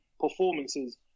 performances